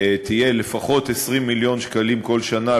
תהיה לפחות 20 מיליון שקלים כל שנה,